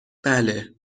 بله